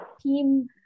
team